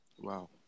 Wow